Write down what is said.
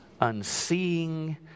unseeing